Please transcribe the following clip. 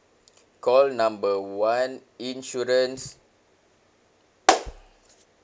call number one insurance